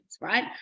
right